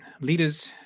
Leaders